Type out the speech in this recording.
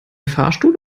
fahrstuhl